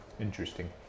Interesting